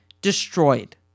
destroyed